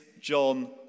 John